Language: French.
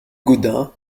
gaudin